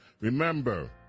Remember